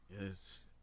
Yes